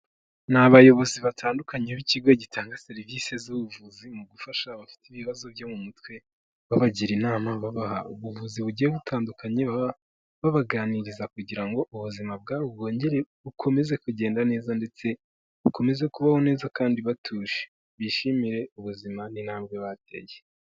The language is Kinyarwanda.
Ni abayobozi batandukanye b'ikigo gitanga serivisi z'ubuvuzi mu gufasha abafite ibibazo byo mu mutwe, babagira inama babaha ubuvuzi bugiye butandukanye, baba babaganiriza kugira ngo ubuzima bwabo bwongere bukomeze kugenda neza ndetse bukomeze kubaho neza kandi batuje, bishimire ubuzima n'intambwe bateye.